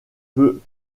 peut